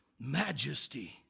majesty